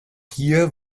hier